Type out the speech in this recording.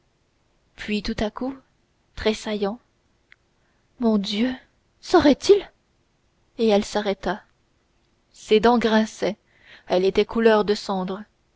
puis tout à coup tressaillant mon dieu dit-elle saurait-il et elle s'arrêta ses dents grinçaient elle était couleur de cendre